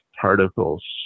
particles